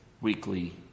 weekly